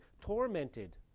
tormented